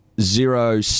zero